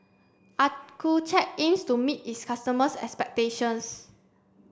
Accucheck aims to meet its customers' expectations